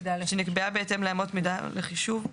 שנקבעה בהתאם לאמות מידה לחישוב.